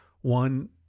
One